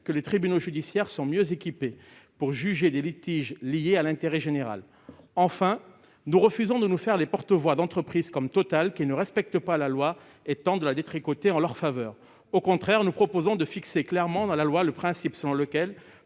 que les tribunaux judiciaires sont mieux équipés pour juger des litiges liés à l'intérêt général. Enfin, nous refusons de nous faire les porte-voix d'entreprises comme Total qui ne respectent pas la loi et tentent de la détricoter en leur faveur. Au contraire, nous proposons de fixer clairement dans la loi le principe selon lequel